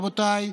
רבותיי,